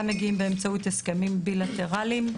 כולם מגיעים באמצעות הסכמים בילטרליים.